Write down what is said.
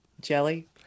Jelly